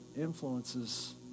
influences